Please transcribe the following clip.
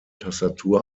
tastatur